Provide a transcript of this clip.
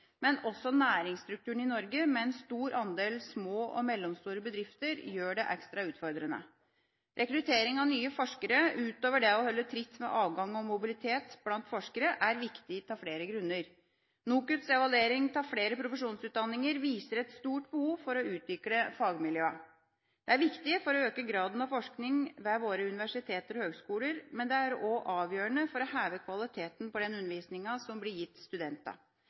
men også næringsstrukturen i Norge, med en stor andel små og mellomstore bedrifter, gjør det ekstra utfordrende. Rekruttering av nye forskere utover det å holde tritt med avgang og mobilitet blant forskere er viktig av flere grunner. NOKUTs evalueringer av flere profesjonsutdanninger viser et stort behov for å utvikle fagmiljøene. Det er viktig for å øke graden av forskning ved våre universiteter og høgskoler, men det er også avgjørende for å heve kvaliteten på den undervisninga som blir gitt